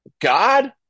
God